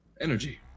energy